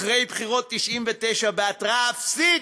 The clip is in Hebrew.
אחרי בחירות 1999, בהתראה אפסית,